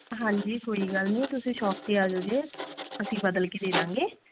ਹਾਂਜੀ ਕੋਈ ਗੱਲ ਨਹੀਂ ਉਹ ਤੁਸੀਂ ਸ਼ੋਪ 'ਤੇ ਆ ਜੋ ਜੇ ਅਸੀਂ ਬਦਲ ਕੇ ਦੇ ਦਾਂਗੇ